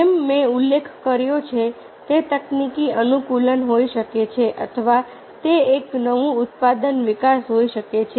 જેમ મેં ઉલ્લેખ કર્યો છે તે તકનીકી અનુકૂલન હોઈ શકે છે અથવા તે એક નવું ઉત્પાદન વિકાસ હોઈ શકે છે